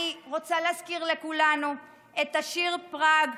אני רוצה להזכיר לכולנו את השיר פראג,